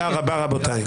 תודה רבה רבותי.